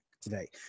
today